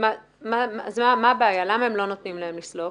למה הם לא נותנים להם לסלוק?